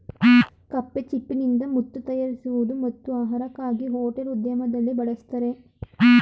ಕಪ್ಪೆಚಿಪ್ಪಿನಿಂದ ಮುತ್ತು ತಯಾರಿಸುವುದು ಮತ್ತು ಆಹಾರಕ್ಕಾಗಿ ಹೋಟೆಲ್ ಉದ್ಯಮದಲ್ಲಿ ಬಳಸ್ತರೆ